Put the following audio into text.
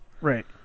right